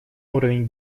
уровень